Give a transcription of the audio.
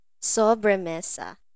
Sobremesa